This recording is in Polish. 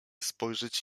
spojrzeć